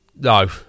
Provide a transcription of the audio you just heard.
no